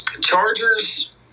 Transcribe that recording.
Chargers